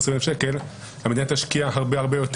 - 20,000 שקלים המדינה תשקיע הרבה יותר.